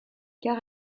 car